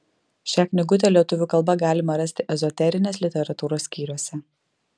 šią knygutę lietuvių kalba galima rasti ezoterinės literatūros skyriuose